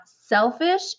selfish